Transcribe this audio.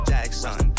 Jackson